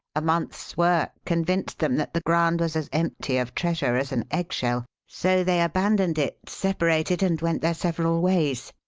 a month's work convinced them that the ground was as empty of treasure as an eggshell, so they abandoned it, separated, and went their several ways.